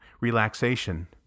relaxation